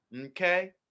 okay